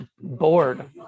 bored